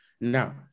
Now